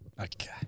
Okay